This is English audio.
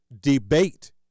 debate